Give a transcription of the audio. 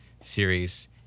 series